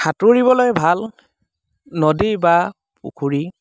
সাঁতুৰিবলৈ ভাল নদী বা পুখুৰী